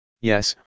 Yes